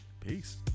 peace